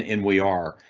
and we are.